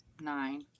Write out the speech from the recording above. Nine